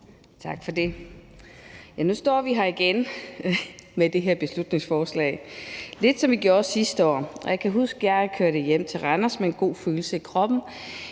Tak for det. Nu står vi her igen med det her beslutningsforslag, lidt som vi gjorde sidste år, og jeg kan huske, at jeg kørte hjem til Randers med en god følelse i kroppen.